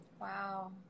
Wow